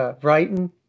Brighton